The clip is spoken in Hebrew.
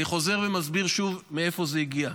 אני חוזר ומסביר שוב מאיפה זה הגיע: